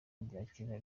kubyakira